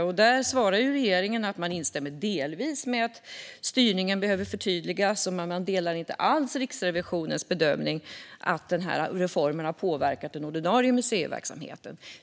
Regeringen säger att man delvis instämmer i att styrningen behöver förtydligas. Och man delar inte alls Riksrevisionens bedömning att denna reform har påverkat den ordinarie museiverksamheten.